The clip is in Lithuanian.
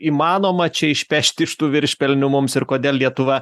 įmanoma čia išpešti iš tų viršpelnių mums ir kodėl lietuva